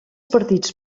partits